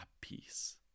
peace